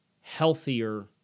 healthier